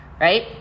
right